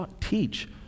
teach